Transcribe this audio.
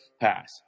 pass